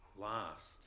last